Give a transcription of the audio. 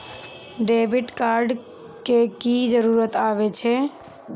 Debit card के की जरूर आवे छै?